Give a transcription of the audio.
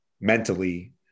mentally